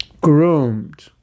Groomed